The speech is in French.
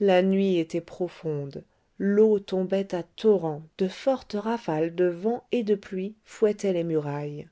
la nuit était profonde l'eau tombait à torrents de fortes rafales de vent et de pluie fouettaient les murailles